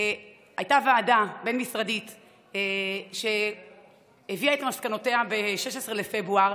הייתה ועדה בין-משרדית שהביאה את מסקנותיה ב-16 בפברואר,